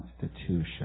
constitution